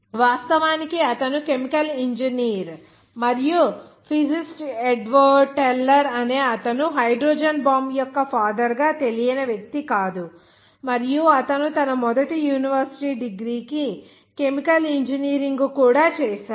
వాస్తవానికి అతను chemical engineer మరియు ఫిజిసిస్ట్ ఎడ్వర్డ్ టెల్లర్ అనే అతను హైడ్రోజన్ బాంబు యొక్క ఫాదర్ గా తెలియని వ్యక్తి కాదు మరియు అతను తన మొదటి యూనివర్సిటీ డిగ్రీ కి కెమికల్ ఇంజనీరింగ్ కూడా చేసాడు